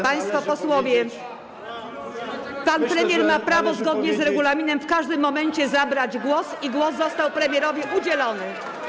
Państwo posłowie, pan premier ma prawo zgodnie z regulaminem w każdym momencie zabrać głos i głos został premierowi udzielony.